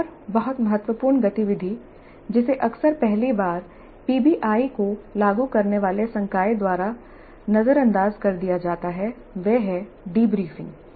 एक और बहुत महत्वपूर्ण गतिविधि जिसे अक्सर पहली बार पीबीआई को लागू करने वाले संकाय द्वारा नजरअंदाज कर दिया जाता है वह है डीब्रीफिंग